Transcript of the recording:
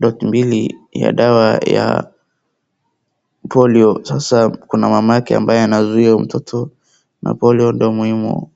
doti mbili ya dawa ya polio. Sasa kuna mamake ambaye anazuia mtoto na polio ndiyo muhimu.